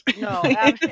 No